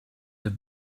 have